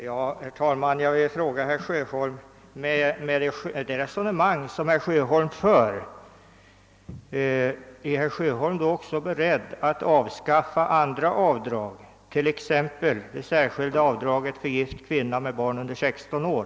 Herr talman! Jag vill fråga herr Sjöholm, om han med detta resonemang också är beredd att avskaffa andra avdrag, t.ex. det särskilda avdraget för gift kvinna med barn under 16 år.